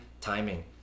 timing